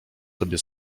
sobie